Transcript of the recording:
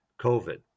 COVID